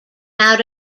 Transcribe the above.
out